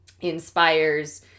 inspires